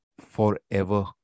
forever